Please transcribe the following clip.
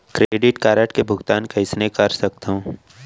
Credit card के भुगतान कइसने कर सकथो?